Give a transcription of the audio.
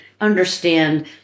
understand